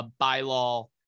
bylaw